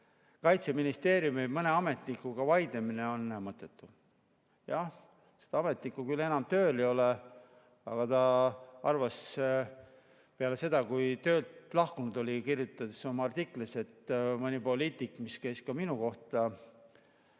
Kaitseministeeriumi mõne ametnikuga vaidlemine on mõttetu. Jah, seda ametnikku küll enam tööl ei ole, aga peale seda, kui ta töölt lahkunud oli, kirjutas ta oma artiklis, et mõni poliitik – see käis ka minu kohta